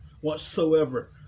whatsoever